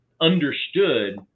understood